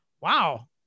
wow